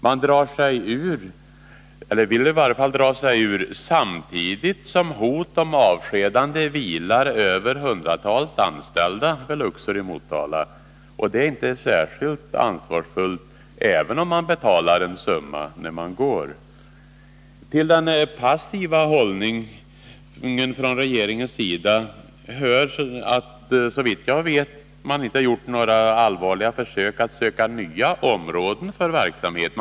Man vill dra sig ur samtidigt som hot om avskedanden vilar över hundratals anställda vid Luxor i Motala, och det är inte särskilt ansvarsfullt även om man betalar en summa när man går. Till den passiva hållningen från regeringens sida hör att man, såvitt jag vet, inte har gjort några allvarligare försök att söka nya områden för verksamheten.